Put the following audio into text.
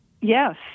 Yes